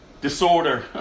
disorder